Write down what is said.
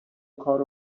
کار